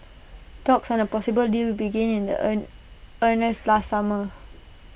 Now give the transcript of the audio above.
talks on A possible deal began in the earn earnest last summer